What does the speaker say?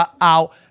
out